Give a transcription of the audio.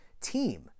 team